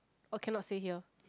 or cannot say here